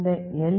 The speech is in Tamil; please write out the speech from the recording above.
இந்த எல்